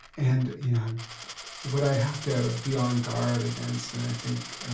and you know what i have to be on guard against, and i think